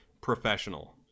Professional